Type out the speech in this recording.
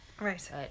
right